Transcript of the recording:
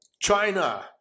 China